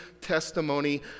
testimony